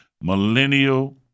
millennial